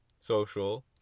Social